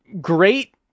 great